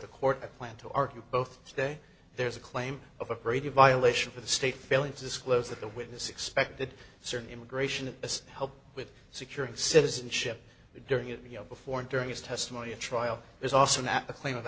the court i plan to argue both today there's a claim of a brady violation for the state failing to disclose that the witness expected certain immigration as help with securing citizenship during it before and during his testimony a trial is also not a claim of